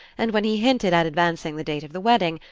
and, when he hinted at advancing the date of the wedding,